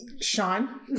Sean